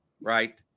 right